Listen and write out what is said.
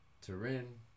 Turin